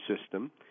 system